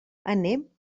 anem